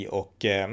och